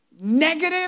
negative